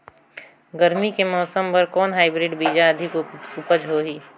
गरमी के मौसम बर कौन हाईब्रिड बीजा अधिक उपज होही?